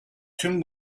tüm